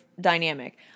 dynamic